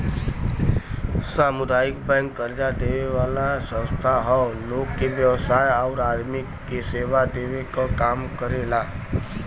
सामुदायिक बैंक कर्जा देवे वाला संस्था हौ लोग के व्यवसाय आउर आदमी के सेवा देवे क काम करेला